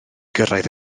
gyrraedd